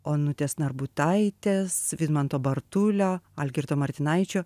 onutės narbutaitės vidmanto bartulio algirdo martinaičio